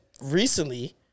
recently